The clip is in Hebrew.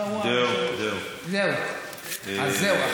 זהו, זהו, זהו.